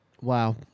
Wow